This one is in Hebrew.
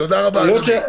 תודה רבה אדוני.